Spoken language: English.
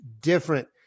different